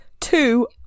Two